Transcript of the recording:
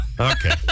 Okay